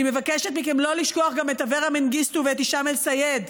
אני מבקשת מכם לא לשכוח גם את אברה מנגיסטו ואת הישאם א-סייד,